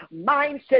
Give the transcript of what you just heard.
mindset